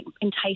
entice